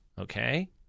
okay